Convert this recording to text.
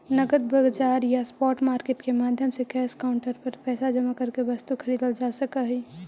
नगद बाजार या स्पॉट मार्केट के माध्यम से कैश काउंटर पर पैसा जमा करके वस्तु खरीदल जा सकऽ हइ